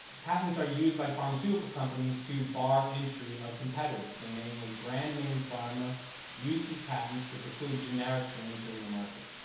patents are used by pharmaceutical companies to bar entry of competitors and namely brand name pharma uses patents to preclude generics from entering the market.